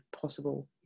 possible